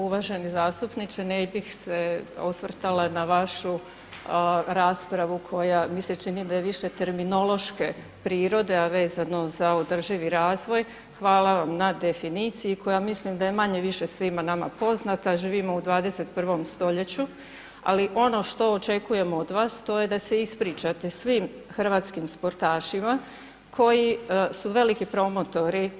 Uvaženi zastupniče, ne bih se osvrtala na vašu raspravu koja mi se čini da je više terminološke prirode, a vezano za održivi razvoj, hvala vam na definiciji koja mislim da je manje-više svima nama poznata, živimo u 21. stoljeću, ali ono što očekujem od vas to je da se ispričate svih hrvatskim sportašima koji su veliki promotori